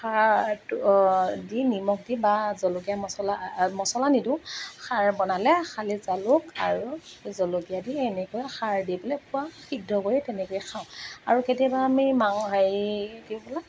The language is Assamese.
খাৰটো দি নিমখ দি বা জলকীয়া মছলা মছলা নিদোঁ খাৰ বনালে খালি জালুক আৰু জলকীয়া দি এনেকৈ খাৰ দি পেলাই খোৱাওঁ সিদ্ধ কৰি তেনেকে খাওঁ আৰু কেতিয়াবা আমি মাং হেই কি বোলে